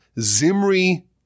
Zimri